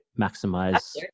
maximize